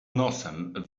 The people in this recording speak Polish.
nosem